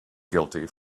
guilty